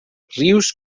rius